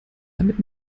damit